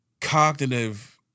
cognitive